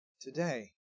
today